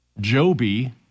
Joby